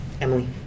Emily